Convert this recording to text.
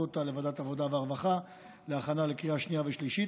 אותה לוועדת העבודה והרווחה להכנה לקריאה שנייה ושלישית,